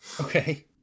Okay